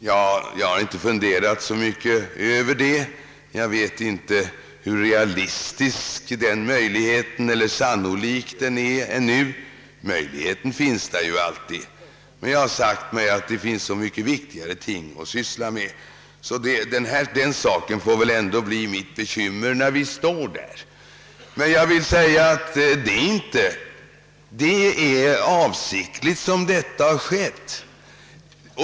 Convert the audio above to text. Ja, jag har inte funderat så mycket över det; jag vet inte ännu hur sannolik den situationen är; möjligheten finns där ju alltid. Men jag har sagt mig att det finns så mycket viktigare ting att syssla med, så den saken får väl ändå bli mitt bekymmer när vi står där. Jag vill säga att det är avsiktligt som oppositionen hållits utanför.